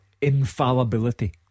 infallibility